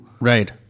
Right